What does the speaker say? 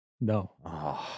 no